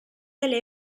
dalle